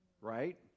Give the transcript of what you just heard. right